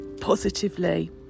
positively